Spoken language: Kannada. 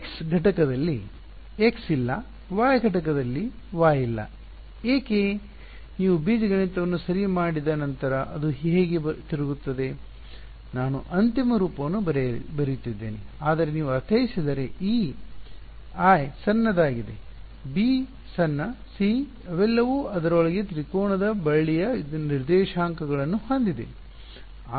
X ಘಟಕದಲ್ಲಿ x ಇಲ್ಲ ಮತ್ತು y ಘಟಕದಲ್ಲಿ y ಇಲ್ಲ ಏಕೆ ನೀವು ಬೀಜಗಣಿತವನ್ನು ಸರಿ ಮಾಡಿದ ನಂತರ ಅದು ಹೇಗೆ ತಿರುಗುತ್ತದೆ ನಾನು ಅಂತಿಮ ರೂಪವನ್ನು ಬರೆಯುತ್ತಿದ್ದೇನೆ ಆದರೆ ನೀವು ಅರ್ಥೈಸಿದರೆ ಈ I ಸಣ್ಣದಾಗಿದೆ b ಸಣ್ಣ c ಅವೆಲ್ಲವೂ ಅದರೊಳಗೆ ತ್ರಿಕೋನದ ಬಳ್ಳಿಯ ನಿರ್ದೇಶಾಂಕಗಳನ್ನು ಹೊಂದಿವೆ